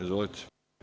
Izvolite.